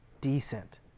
decent